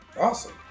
Awesome